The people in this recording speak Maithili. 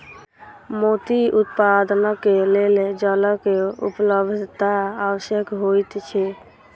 मोती उत्पादनक लेल जलक उपलब्धता आवश्यक होइत छै